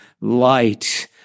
light